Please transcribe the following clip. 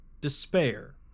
despair